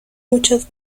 muchas